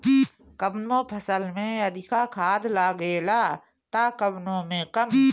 कवनो फसल में अधिका खाद लागेला त कवनो में कम